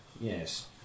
Yes